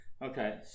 Okay